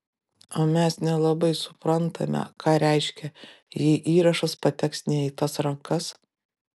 o mes nelabai suprantame ką reiškia jei įrašas pateks ne į tas rankas